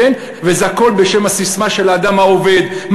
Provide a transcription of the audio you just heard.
וזה הכול בשם הססמה של האדם העובד.